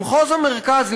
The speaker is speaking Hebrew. במחוז המרכז,